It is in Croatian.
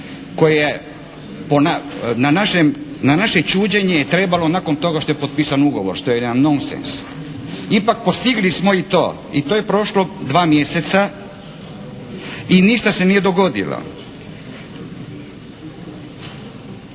koje na naše čuđenje je trebalo nakon toga što je potpisan ugovor što je jedan nonsens. Ipak postigli smo i to i to je prošlo dva mjeseca i ništa se nije dogodilo.